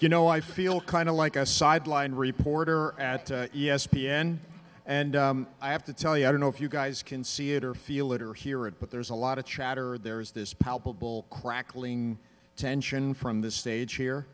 you know i feel kind of like a sideline reporter at e s p n and i have to tell you i don't know if you guys can see it or feel it or hear it but there's a lot of chatter there is this palpable crackling tension from the stage here